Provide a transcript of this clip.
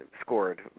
scored